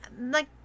Like